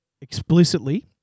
explicitly